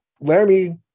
Laramie